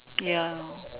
ya